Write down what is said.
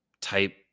type